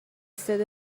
said